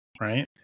Right